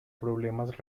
problemas